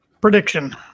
prediction